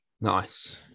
Nice